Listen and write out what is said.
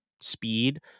speed